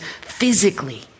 physically